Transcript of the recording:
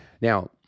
Now